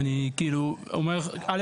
ולמה?